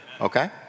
Okay